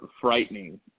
frightening